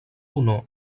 honor